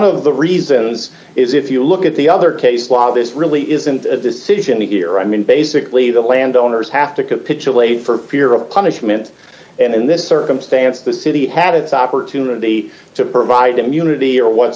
of the reasons is if you look at the other case law this really isn't a decision either i mean basically the landowners have to capitulate for fear of punishment and in this circumstance the city had its opportunity to provide immunity or what